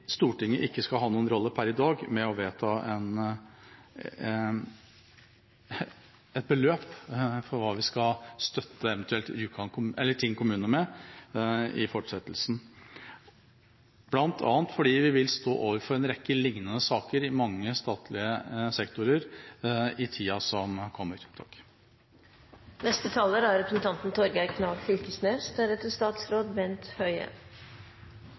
Stortinget per i dag ikke skal ha noen rolle i å vedta et beløp for hva vi eventuelt skal støtte Tinn kommune med i fortsettelsen – bl.a. fordi vi vil stå overfor en rekke lignende saker i mange statlige sektorer i tida som kommer. Berre til siste talar: Subsidiar knytt til bygg har vi mange gongar i denne salen brukt som verkemiddel til omstilling. Det er